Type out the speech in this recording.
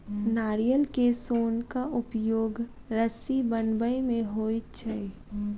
नारियल के सोनक उपयोग रस्सी बनबय मे होइत छै